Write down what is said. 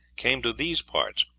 came to these parts,